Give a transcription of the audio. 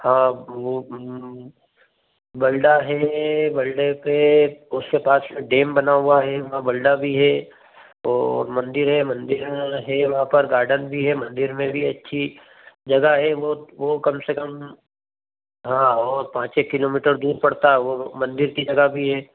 हाँ वो बलडा है बलडे पर उसके पास से डेम बना हुआ है वहाँ बलडा भी है और मंदिर है मंदिर है वहाँ पर गार्डन भी है मंदिर में भी अच्छी जगह है वो वो कम से कम हाँ और पाँच एक किलोमीटर दूर पड़ता है वो मंदिर की जगह भी है